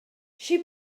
she